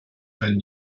wenn